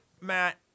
Matt